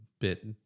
bit